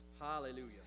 Hallelujah